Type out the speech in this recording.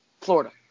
Florida